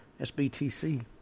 SBTC